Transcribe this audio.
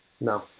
No